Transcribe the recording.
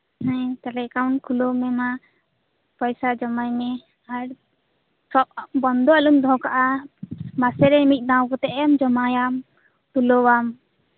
ᱦᱮᱸ ᱛᱟᱦᱞᱮ ᱮᱠᱟᱩᱱᱴ ᱠᱷᱩᱞᱟᱹᱣ ᱢᱮ ᱢᱟ ᱯᱚᱭᱥᱟ ᱡᱚᱢᱟᱭ ᱢᱮ ᱟᱨ ᱵᱚᱱᱫᱷᱚ ᱟᱞᱚᱢ ᱫᱚᱦᱚ ᱠᱟᱜᱼᱟ ᱢᱟᱥᱮᱨᱮ ᱢᱤᱫᱫᱷᱟᱣ ᱠᱟᱛᱮᱫ ᱮᱢ ᱡᱚᱢᱟᱭᱟᱢ ᱛᱩᱞᱟᱹᱣᱟᱢ